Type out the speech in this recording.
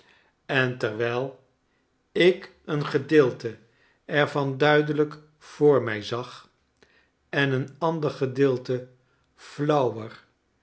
en terwijl ik een gedeelte er van duidelijk voor mij zag en een ander gedeelte flauwer